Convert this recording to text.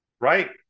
right